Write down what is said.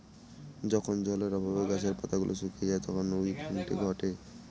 যখন জলের অভাবে গাছের পাতা গুলো শুকিয়ে যায় তখন উইল্টিং ঘটে